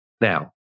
Now